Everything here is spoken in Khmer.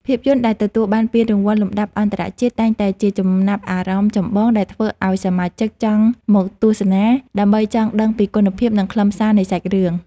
ភាពយន្តដែលទទួលបានពានរង្វាន់លំដាប់អន្តរជាតិ តែងតែជាចំណាប់អារម្មណ៍ចម្បងដែលធ្វើឱ្យសមាជិកចង់មកទស្សនា ដើម្បីចង់ដឹងពីគុណភាព និងខ្លឹមសារនៃសាច់រឿង។